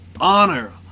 Honor